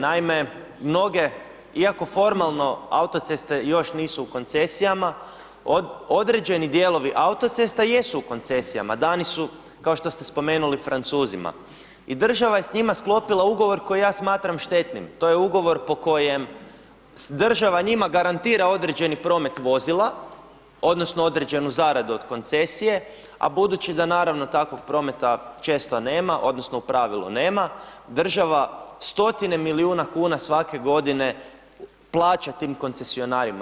Naime, mnoge, iako formalno autoceste još nisu u koncesijama, određeni dijelovi autocesta jesu u koncesijama, dani su, kao što ste spomenuli, Francuzima i država je s njima sklopila ugovor koji ja smatram štetnim, to je ugovor po kojem država njima garantira određeni promet vozila odnosno određenu zaradu od koncesije, a budući da, naravno, takvog prometa često nema odnosno u pravilu nema, država stotine milijuna kuna svake godine plaća tim koncesionarima.